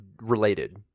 related